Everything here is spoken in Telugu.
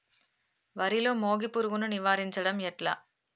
వరిలో మోగి పురుగును నివారించడం ఎట్లా?